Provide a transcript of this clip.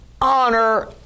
honor